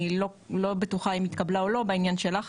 אני לא בטוחה אם התקבלה או לא בעניין שלך,